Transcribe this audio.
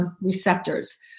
receptors